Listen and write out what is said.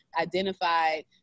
identified